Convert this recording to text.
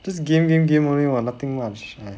just game game game only [what] nothing much